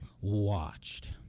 watched